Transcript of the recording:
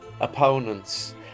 opponents